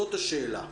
זאת השאלה.